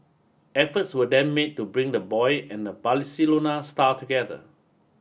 efforts were then made to bring the boy and the star together